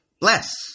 Bless